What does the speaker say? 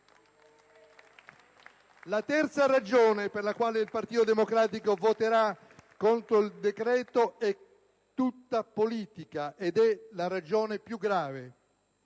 La terza ragione per la quale il Partito Democratico voterà contro il decreto-legge in esame è tutta politica ed è la più grave: